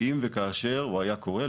אם וכאשר הוא היה קורה.